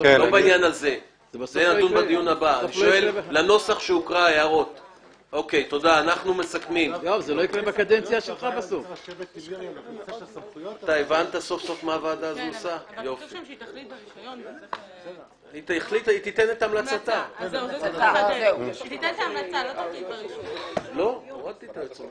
אני לא הולך להצבעה היום.